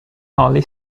holy